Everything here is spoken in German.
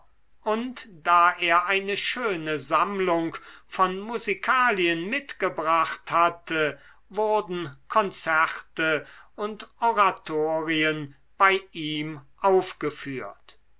und da er eine schöne sammlung von musikalien mitgebracht hatte wurden konzerte und oratorien bei ihm aufgeführt